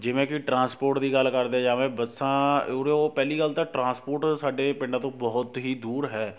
ਜਿਵੇਂ ਕਿ ਟਰਾਂਸਪੋਰਟ ਦੀ ਗੱਲ ਕਰਦੇ ਜਾਵੇ ਬੱਸਾਂ ਉਰੋ ਪਹਿਲੀ ਗੱਲ ਤਾਂ ਟਰਾਂਸਪੋਰਟ ਸਾਡੇ ਪਿੰਡਾਂ ਤੋਂ ਬਹੁਤ ਹੀ ਦੂਰ ਹੈ